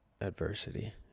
Adversity